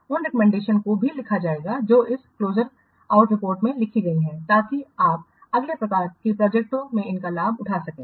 उन रिकमेंडेशंस को भी लिखा जाएगा जो इस क्लोजआउट रिपोर्ट में लिखी गई हैं ताकि आप अगले प्रकार की प्रोजेक्टओं में इनका लाभ उठा सकें